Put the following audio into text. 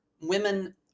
women